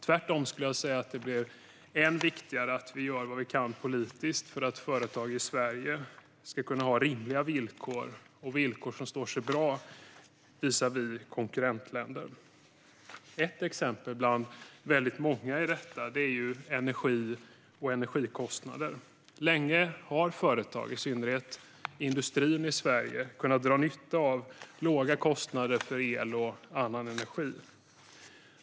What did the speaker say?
Tvärtom blir det än viktigare, skulle jag säga, att vi gör vad vi kan politiskt för att företag i Sverige ska ha rimliga villkor och villkor som står sig väl visavi konkurrentländer. Ett exempel bland många är energi och energikostnader. Länge har företag i Sverige, i synnerhet inom industrin, kunnat dra nytta av låga kostnader för el och annan energi.